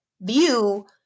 view